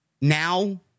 now